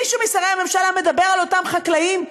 מישהו משרי הממשלה מדבר על אותם חקלאים,